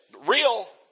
real